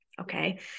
Okay